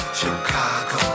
Chicago